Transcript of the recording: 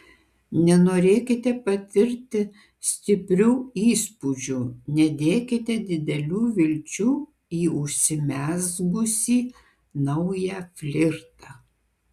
nenorėkite patirti stiprių įspūdžių nedėkite didelių vilčių į užsimezgusį naują flirtą